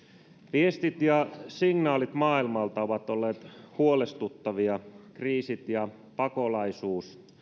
viestit ja signaalit maailmalta ovat olleet huolestuttavia kriisit ja pakolaisuus